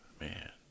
man